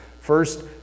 first